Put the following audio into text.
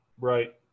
right